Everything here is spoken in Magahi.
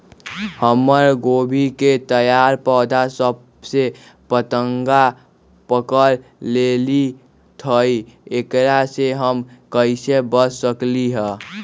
हमर गोभी के तैयार पौधा सब में फतंगा पकड़ लेई थई एकरा से हम कईसे बच सकली है?